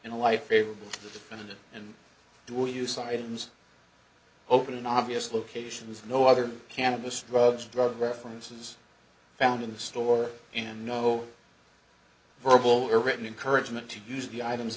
in a life favorable to the defendant and dual use items open in obvious locations no other cannabis drugs drug references found in the store and no verbal or written encouragement to use the items